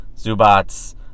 Zubats